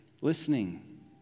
listening